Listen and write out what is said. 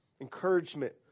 encouragement